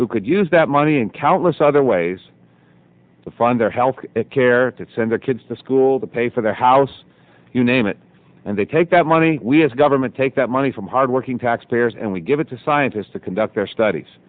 who could use that money in countless other ways to fund their health care to send their kids to school to pay for their house you name it and they take that money we as government take that money from hard working taxpayers and we give it to scientists to conduct their studies